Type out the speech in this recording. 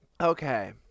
Okay